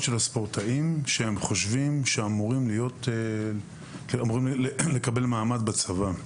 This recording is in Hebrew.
של הספורטאים שאמורים לקבל מעמד בצבא.